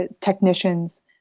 technicians